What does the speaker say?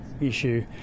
issue